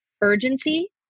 urgency